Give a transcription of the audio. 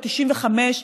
בת 95,